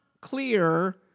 clear